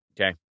Okay